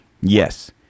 Yes